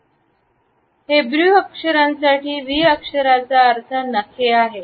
Hebrew अक्षरांसाठी V अक्षराचा अर्थ नखे आहे